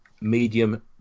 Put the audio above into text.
medium